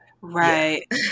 Right